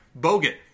Bogut